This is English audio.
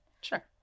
Sure